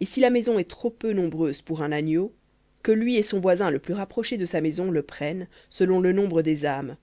et si la maison est trop peu nombreuse pour un agneau que lui et son voisin le plus rapproché de sa maison le prennent selon le nombre des âmes